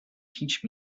teach